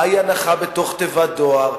מהי הנחה בתיבת דואר,